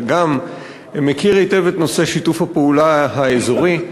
וגם מכיר היטב את נושא שיתוף הפעולה האזורי.